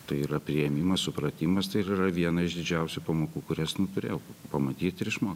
tai yra priėmimas supratimas tai ir yra viena iš didžiausių pamokų kurias nu turė pamatyt ir išmokt